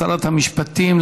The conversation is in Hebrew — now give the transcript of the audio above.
שרת המשפטים,